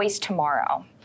tomorrow